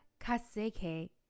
Kaseke